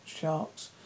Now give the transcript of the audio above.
sharks